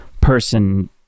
person